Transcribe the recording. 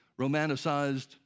romanticized